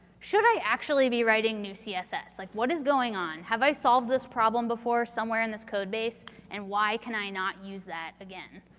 should i actually be writing new css? like, what is going on? have i solved this problem before somewhere in this codebase and why can i not use that again?